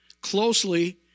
closely